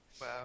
Wow